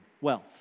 wealth